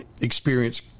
experience